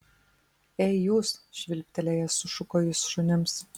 ei jūs švilptelėjęs sušuko jis šunims